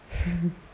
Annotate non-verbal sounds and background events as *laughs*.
*laughs*